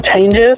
changes